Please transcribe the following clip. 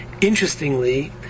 interestingly